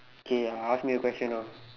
K ask me a question now